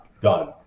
done